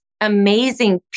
amazing